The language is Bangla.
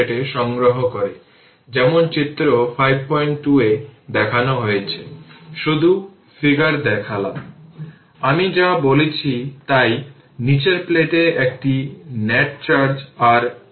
সুতরাং সেই ক্ষেত্রে কি হবে যে এই 30 Ω খুঁজে বের করতে হবে